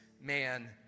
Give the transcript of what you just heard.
man